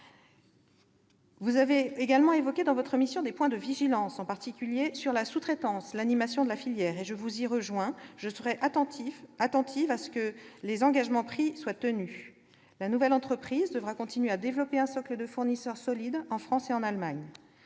Vous avez également évoqué dans le rapport de votre mission des points de vigilance, en particulier sur la sous-traitance et l'animation de la filière. Je vous rejoins sur ces points et serai attentive à ce que les engagements pris soient tenus. La nouvelle entreprise devra continuer à développer un socle de fournisseurs solide en France et en Allemagne.